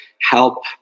help